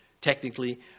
Technically